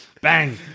Bang